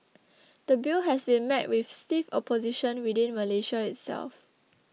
the Bill has been met with stiff opposition within Malaysia itself